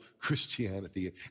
Christianity